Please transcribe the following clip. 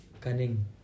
cunning